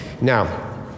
Now